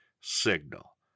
signal